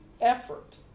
effort